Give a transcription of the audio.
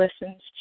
listens